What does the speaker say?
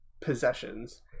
possessions